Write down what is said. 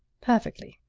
perfectly.